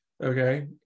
okay